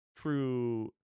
true